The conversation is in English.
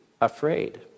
afraid